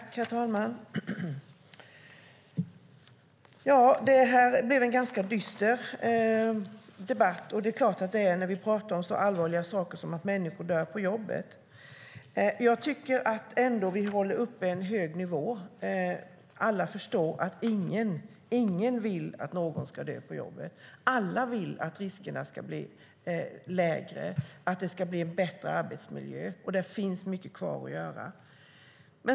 Herr talman! Detta blev en ganska dyster debatt. Det är klart att det blir när vi talar om så allvarliga saker som att människor dör på jobbet. Jag tycker ändå att vi upprätthåller en hög nivå. Alla förstår att ingen vill att någon ska dö på jobbet. Alla vill att riskerna ska bli lägre och att det ska bli en bättre arbetsmiljö. Det finns mycket kvar att göra.